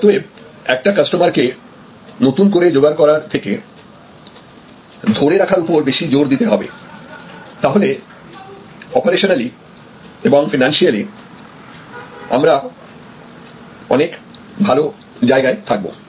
অতএব একটা কাস্টমারকে নতুন করে যোগাড় করার থেকেধরে রাখার ওপরে বেশি জোর দিতে হবে তাহলে অপেরাশনালি এবং ফিনান্সিয়ালি আমরা অনেক ভালো জায়গায় থাকবো